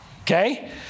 okay